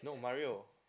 no Mario